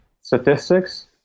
statistics